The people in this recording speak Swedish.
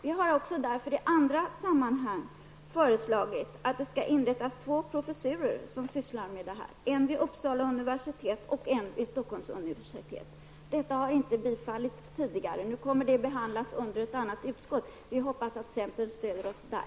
Vi har därför i andra sammanhang föreslagit att det skall inrättas två professurer som sysslar med detta, en vid Uppsala universitet och en vid Stockholms universitet. Detta har inte bifallits tidigare. Nu kommer förslaget att behandlas i ett annat utskott. Vi hoppas att centern stöder oss där.